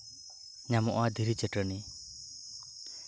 ᱧᱟᱢᱚᱜᱼᱟ ᱫᱷᱤᱨᱤ ᱪᱟᱹᱴᱟᱹᱱᱤ